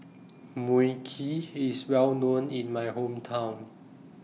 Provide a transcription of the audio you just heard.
Mui Kee IS Well known in My Hometown